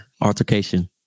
Altercation